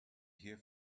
hear